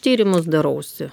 tyrimus darausi